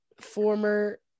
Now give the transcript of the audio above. former